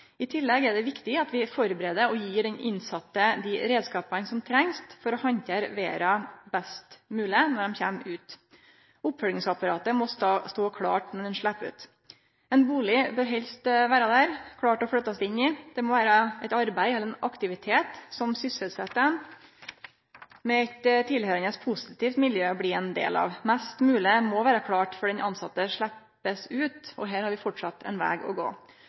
I tillegg er det viktig at vi forbereder og gjev dei innsette dei reiskapane som trengst for å handtere verda best mogleg når dei kjem ut. Oppfølgingsapparatet må stå klart når dei slepp ut. Ein bustad bør helst vere der, klar til å flytte inn i. Det må vere eit arbeid eller ein aktivitet som sysselset ein, med eit tilhøyrande positivt miljø å bli ein del av. Mest mogleg må vere klart før den innsette blir sloppen ut. Her har vi framleis ein veg å gå.